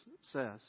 says